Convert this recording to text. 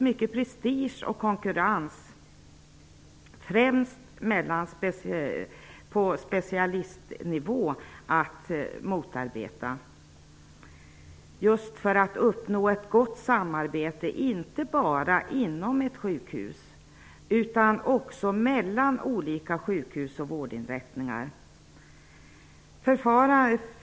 Mycket prestige och konkurrens, främst på specialistnivå, måste motarbetas om man skall kunna uppnå ett gott samarbete inte bara inom ett sjukhus utan också mellan olika sjukhus och vårdinrättningar.